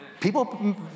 People